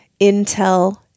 Intel